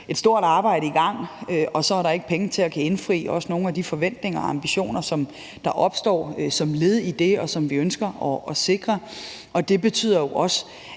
et stort arbejde i gang, og så er der ikke penge til også at kunne indfri nogle af de forventninger og ambitioner, der opstår som led i det, og som vi ønsker at sikre. Og det betyder også,